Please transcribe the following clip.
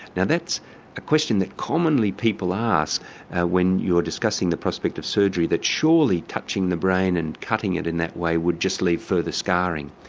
now that's a question that commonly people ask when you're discussing the prospect of surgery that surely touching the brain and cutting it in that way would just leave further scarring.